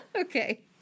Okay